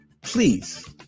please